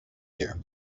here